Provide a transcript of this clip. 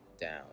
down